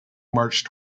marched